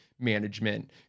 management